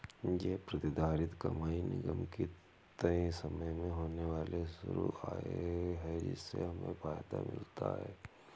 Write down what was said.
ये प्रतिधारित कमाई निगम की तय समय में होने वाली शुद्ध आय है जिससे हमें फायदा मिलता है